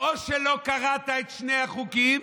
או שלא קראת את שני החוקים